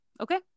okay